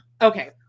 Okay